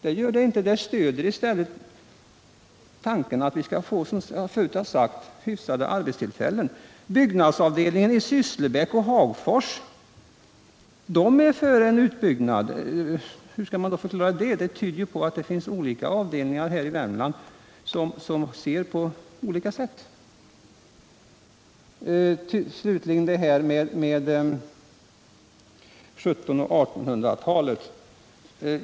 Det var det inte; det var, som jag redan sagt, ett stöd åt tanken att vi måste skapa hyfsade arbetstillfällen. Byggnads avdelning i Sysslebäck och Hagfors är för en utbyggnad. Hur skall man förklara det? Det tyder i varje fall på att olika avdelningar i Värmland ser olika på frågan. Slutligen detta med 1700-talet och 1800-talet.